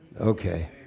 Okay